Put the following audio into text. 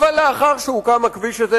אבל לאחר שהוקם הכביש הזה,